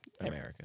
America